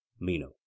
Mino